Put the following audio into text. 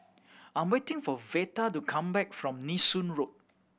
I waiting for Veta to come back from Nee Soon Road